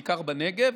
בעיקר בנגב,